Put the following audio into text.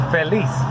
Feliz